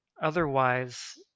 otherwise